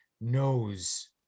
knows